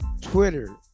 Twitter